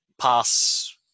pass